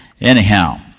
Anyhow